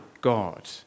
God